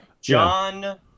John